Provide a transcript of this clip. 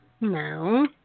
No